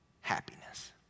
happiness